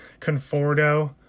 Conforto